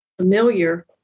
familiar